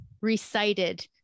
recited